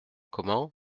comment